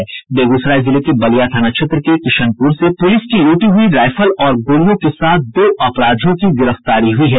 वहीं बेगूसराय जिले के बलिया थाना क्षेत्र के किशनपुर से पुलिस की लूटी गयी राइफल और गोलियों के साथ दो अपराधियों को गिरफ्तारी हुई है